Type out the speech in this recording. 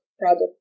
product